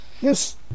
Yes